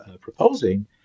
proposing